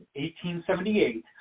1878